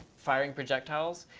firing projectiles.